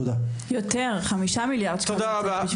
תודה רבה תודה רבה.